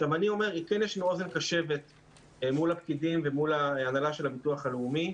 כן יש לנו אוזן קשבת מול הפקידים ומול הנהלת הביטוח הלאומי.